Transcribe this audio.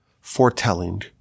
foretelling